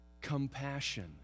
compassion